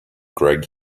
greg